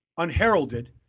unheralded